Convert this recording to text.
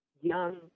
young